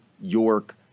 York